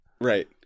Right